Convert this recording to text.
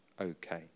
okay